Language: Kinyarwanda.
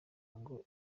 ngo